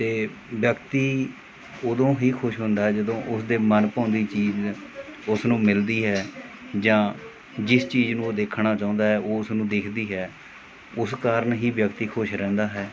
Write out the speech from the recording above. ਅਤੇ ਵਿਅਕਤੀ ਉਦੋਂ ਹੀ ਖੁਸ਼ ਹੁੰਦਾ ਜਦੋਂ ਉਸਦੇ ਮਨ ਭਾਉਂਦੀ ਚੀਜ਼ ਉਸਨੂੰ ਮਿਲਦੀ ਹੈ ਜਾਂ ਜਿਸ ਚੀਜ਼ ਨੂੰ ਉਹ ਦੇਖਣਾ ਚਾਹੁੰਦਾ ਹੈ ਉਹ ਉਸਨੂੰ ਦਿਖਦੀ ਹੈ ਉਸ ਕਾਰਨ ਹੀ ਵਿਅਕਤੀ ਖੁਸ਼ ਰਹਿੰਦਾ ਹੈ